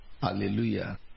Hallelujah